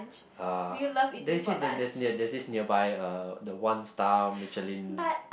uh there's that there's near there's this nearby uh the one star Michelin